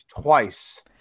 twice